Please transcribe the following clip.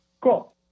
cool